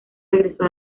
regresó